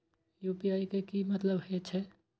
UPI के की मतलब हे छे?